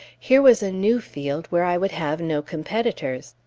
here was a new field where i would have no competitors.